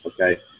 Okay